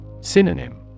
Synonym